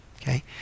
okay